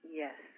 yes